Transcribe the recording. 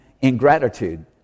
ingratitude